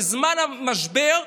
בזמן המשבר,